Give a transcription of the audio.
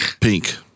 pink